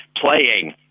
playing